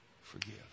forgive